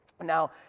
Now